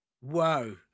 Whoa